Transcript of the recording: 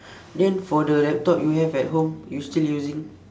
then for the laptop you have at home you still using